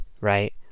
right